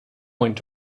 went